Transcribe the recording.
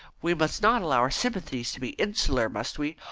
we must not allow our sympathies to be insular, must we?